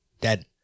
dead